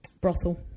brothel